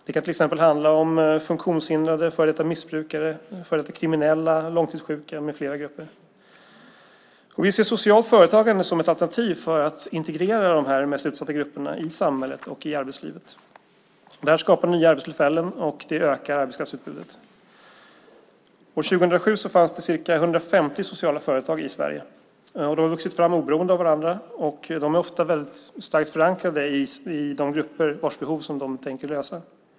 Det kan till exempel handla om funktionshindrade, före detta missbrukare, före detta kriminella, långtidssjuka och andra grupper. Vi ser socialt företagande som ett alternativ för att integrera de här mest utsatta grupperna i samhället och i arbetslivet. Det här skapar nya arbetstillfällen, och det ökar arbetskraftsutbudet. År 2007 fanns det ca 150 sociala företag i Sverige. De har vuxit fram oberoende av varandra, och de är ofta väldigt starkt förankrade i de grupper vars behov de tänker tillgodose.